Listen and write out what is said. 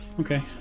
Okay